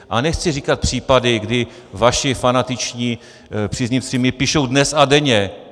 A nechci říkat případy, kdy vaši fanatičtí příznivci mi píšou dnes a denně.